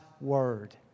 Word